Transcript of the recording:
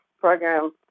program